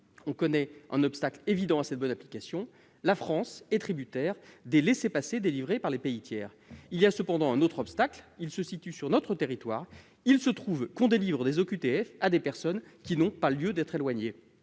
On connaît un obstacle évident à cette bonne application : la France est tributaire des laissez-passer délivrés par les pays tiers. Il y a cependant un autre obstacle, qui se situe sur notre territoire : il se trouve que l'on délivre des OQTF à des personnes n'ayant pas lieu d'être éloignées